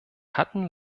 hatten